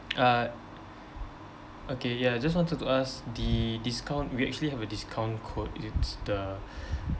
uh okay ya just wanted to ask the discount we actually have a discount code it's the